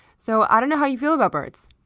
so ah don't know how you feel about birds.